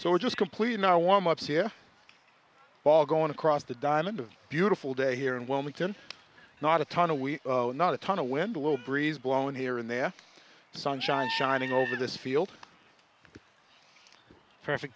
so we're just completing our warm ups here ball going across the diamond a beautiful day here in wilmington not a tunnel we are not a ton of wind a little breeze blowing here and there sunshine shining over this field perfect